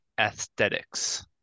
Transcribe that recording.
aesthetics